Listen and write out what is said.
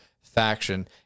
Faction